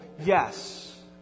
yes